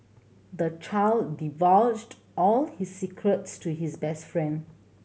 the child divulged all his secrets to his best friend